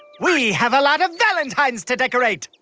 we have a lot of valentines to decorate!